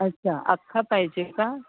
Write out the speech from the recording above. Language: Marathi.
अच्छा अख्खा पाहिजे का